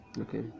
Okay